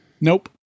Nope